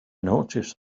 noticed